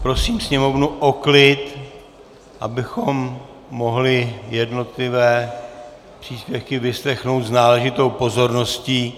Prosím sněmovnu o klid, abychom mohli jednotlivé příspěvky vyslechnout s náležitou pozorností.